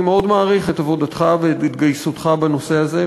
אני מאוד מעריך את עבודתך ואת התגייסותך לנושא הזה,